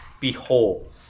Behold